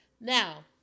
Now